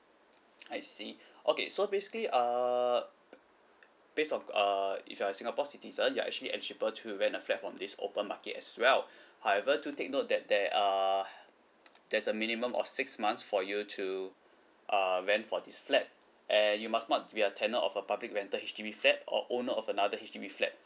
I see okay so basically uh based on uh if you're singapore citizen you're actually eligible to rent a flat from this open market as well however do take note that there are there's a minimum of six months for you to err rent for this flat and you must not be a tenant of a public rental H_D_B flat or owner of another H_D_B flat